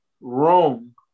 wrong